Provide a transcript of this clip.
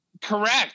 Correct